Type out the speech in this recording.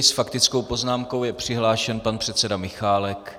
S faktickou poznámkou je přihlášen pan předseda Michálek.